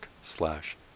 slash